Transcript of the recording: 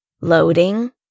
Loading